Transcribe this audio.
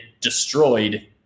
destroyed